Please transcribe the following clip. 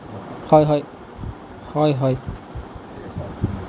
হয় হয় হয় হয়